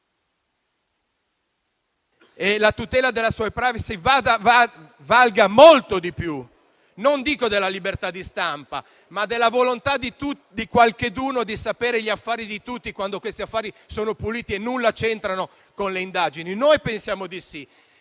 la tutela della sua *privacy* valga molto di più, non dico della libertà di stampa, ma della volontà di qualcheduno di sapere gli affari di tutti, quando questi affari sono puliti e nulla c'entrano con le indagini? Noi pensiamo di sì.